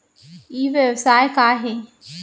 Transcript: ई व्यवसाय का हे?